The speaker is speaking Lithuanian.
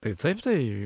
tai taip tai